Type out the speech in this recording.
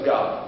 God